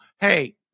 hey